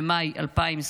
במאי 2020,